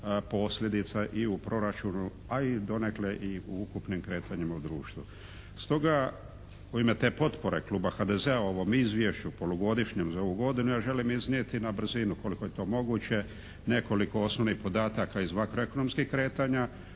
posljedica i u proračunu, a i donekle u ukupnim kretanjima u društvu. Stoga, u ime te potpore kluba HDZ-a ovom izvješću polugodišnjem za ovu godinu ja želim iznijeti na brzinu koliko je to moguće nekoliko osnovnih podataka iz makroekonomskih kretanja,